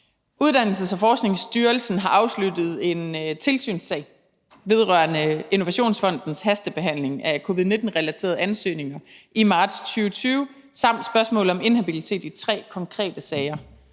Uddannelses- og Forskningsstyrelsen har afsluttet en tilsynssag vedrørende Innovationsfondens hastebehandling af covid-19-relaterede ansøgninger i marts 2020 samt spørgsmålet om inhabilitet i tre konkrete sager.